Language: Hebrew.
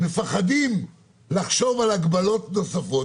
מפחדים לחשוב על הגבלות נוספות.